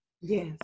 Yes